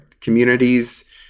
communities